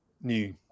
new